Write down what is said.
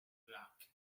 luck